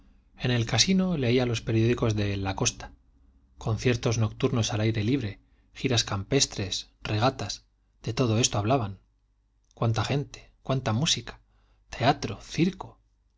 en el casino leía los periódicos de la costa conciertos nocturnos al aire libre giras campestres regatas de todo esto hablaban cuánta gente cuánta música teatro circo